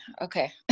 okay